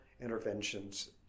interventions